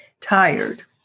tired